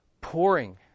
pouring